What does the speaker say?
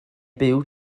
byw